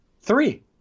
Three